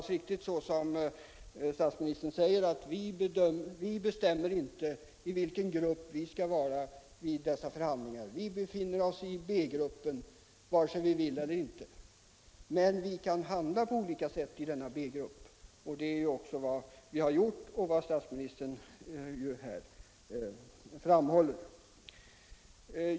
Det är riktigt som statsministern säger, att vi inte bestämmer i vilken grupp vi skall vara vid förhandlingar inom FN-familjen. Vi befinner oss i B-gruppen vare sig vi vill det eller inte. Men vi kan handla på olika sätt i denna B-grupp, vilket är vad vi har gjort och vad statsministern här framhåller.